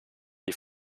die